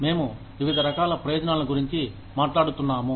మేము వివిధ రకాల ప్రయోజనాల గురించి మాట్లాడుతున్నాము